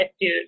dude